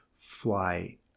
fly